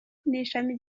n’ishami